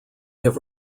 have